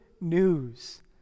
news